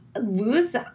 lose